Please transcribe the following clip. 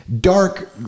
dark